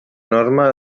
norma